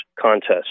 contest